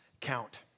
count